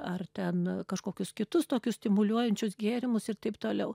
ar ten kažkokius kitus tokius stimuliuojančius gėrimus ir taip toliau